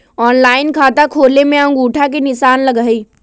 Online खाता खोले में अंगूठा के निशान लगहई?